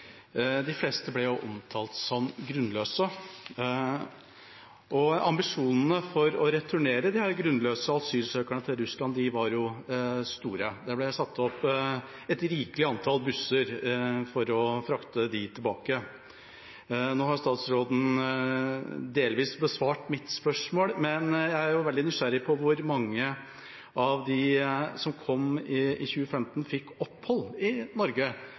De fleste ble omtalt som grunnløse, og ambisjonene for å returnere disse grunnløse asylsøkerne til Russland var store. Det ble satt opp et rikelig antall busser for å frakte dem tilbake. Statsråden har delvis besvart mitt spørsmål, men jeg er veldig nysgjerrig på hvor mange av dem som kom i 2015, som fikk opphold i Norge.